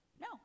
No